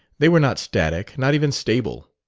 they were not static, not even stable.